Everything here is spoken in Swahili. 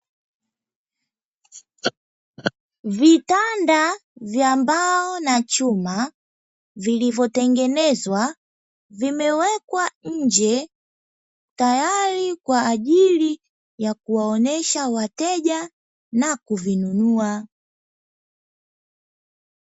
Vitanda vya mbao na chuma vilivyotengenezwa, vimewekwa nje tayari kwaajili ya kuwaonesha wateja na kuvinunua.